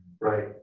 right